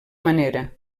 manera